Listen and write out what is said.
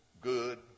good